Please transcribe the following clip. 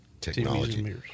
Technology